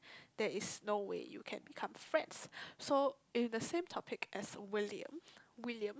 there is no way you can become friends so if the same topic as William William